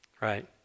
right